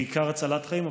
בעיקר הצלת חיים,